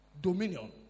Dominion